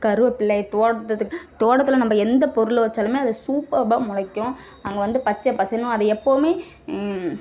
கருவேப்பில்லை தோட்டத்துக்கு தோட்டத்தில் நம்ம எந்த பொருளை வச்சாலுமே அது சூப்பவாக முளைக்கும் அங்கே வந்து பச்சை பசேல்ன்னு அது எப்போவுமே